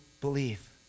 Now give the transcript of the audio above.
believe